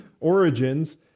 origins